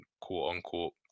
quote-unquote